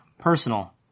personal